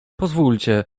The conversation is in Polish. pozwólcie